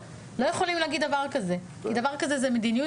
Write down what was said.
יכולים להגיד דבר כזה כי זו מדיניות,